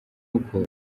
uko